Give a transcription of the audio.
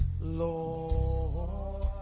Lord